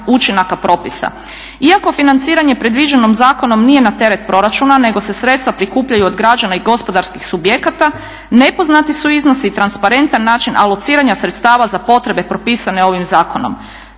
učinaka propisa. Iako financiranje predviđeno zakonom nije na teret proračuna nego se sredstva prikupljaju od građana i gospodarskih subjekata nepoznati su iznosi i transparentan način alociranja sredstava za potrebe propisane ovim zakonom.